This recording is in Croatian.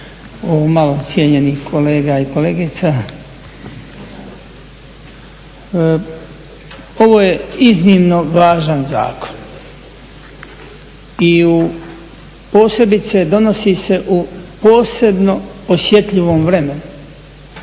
ovo malo cijenjenih kolega i kolegica. Ovo je iznimno važan zakon i posebice donosi se u posebno osjetljivom vremenu.